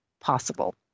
possible